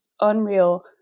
unreal